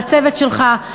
לצוות שלך,